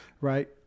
right